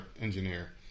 engineer